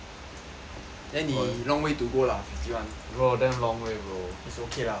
then 你 long way to go lah fifty one it's okay lah